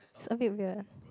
it's a bit weird